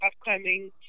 upcoming